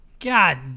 God